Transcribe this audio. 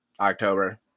october